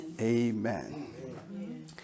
Amen